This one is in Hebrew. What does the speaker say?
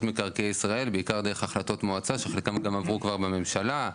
מקרקעי ישראל בעיקר דרך החלטות מועצה שחלקם גם עברו כבר בממשלה,